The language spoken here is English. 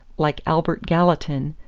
like albert gallatin,